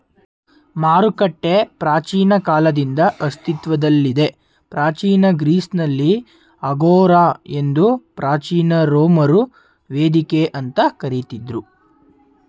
ಮಾರುಕಟ್ಟೆ ಪ್ರಾಚೀನ ಕಾಲದಿಂದ ಅಸ್ತಿತ್ವದಲ್ಲಿದೆ ಪ್ರಾಚೀನ ಗ್ರೀಸ್ನಲ್ಲಿ ಅಗೋರಾ ಎಂದು ಪ್ರಾಚೀನ ರೋಮರು ವೇದಿಕೆ ಅಂತ ಕರಿತಿದ್ರು